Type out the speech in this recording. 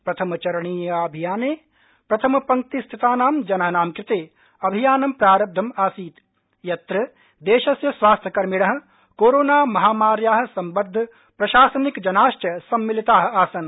प्रथमचरणीय अभियाने प्रथम पंक्तिस्थितानां जनानां कृते अभियानं प्रारब्धम् आसीत् यत्र देशस्य स्वास्थ्यकर्मिण कोरोनामहामार्या सम्बद्ध प्राशासनिकजनाश्च सम्मिलिताः आसन्